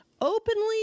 openly